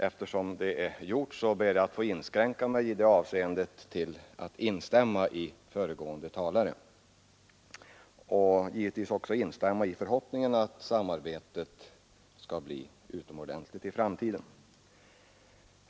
Eftersom det är gjort ber jag att i det avseendet få inskränka mig till att instämma med föregående talare, och jag vill givetvis också instämma i förhoppningen att samarbetet skall bli utomordentligt gott i framtiden.